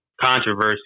controversy